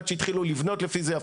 עד שהתחילו לבנות לפי זה,